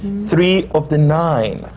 three of the nine! it's